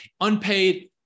unpaid